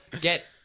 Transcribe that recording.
get